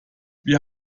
wir